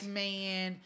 man